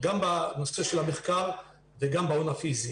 בנושא המחקר וגם בהון הפיזי.